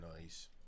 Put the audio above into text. Nice